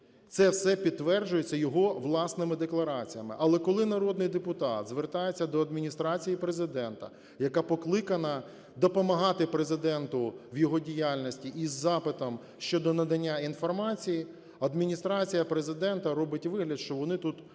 Це все підтверджується його власними деклараціями. Але коли народний депутат звертається до Адміністрації Президента, яка покликана допомагати Президенту в його діяльності, із запитом щодо надання інформації, Адміністрація Президента робить вигляд, що вони тут абсолютно